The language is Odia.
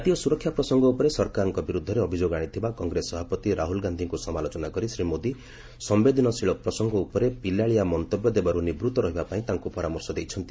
ଜାତୀୟ ସୁରକ୍ଷା ପ୍ରସଙ୍ଗ ଉପରେ ସରକାରଙ୍କ ବିରୁଦ୍ଧରେ ଅଭିଯୋଗ ଆଣିଥିବା କଂଗ୍ରେସ ସଭାପତି ରାହୁଲ ଗାନ୍ଧୀଙ୍କୁ ସମାଲୋଚନା କରି ଶ୍ରୀମୋଦି ସମ୍ଭେଦନଶୀଳ ପ୍ରସଙ୍ଗ ଉପରେ ପିଲାଳିଆ ମନ୍ତବ୍ୟ ଦେବାରୁ ନିବୂତ୍ତ ରହିବା ପାଇଁ ତାଙ୍କୁ ପରାମର୍ଶ ଦେଇଛନ୍ତି